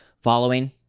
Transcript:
following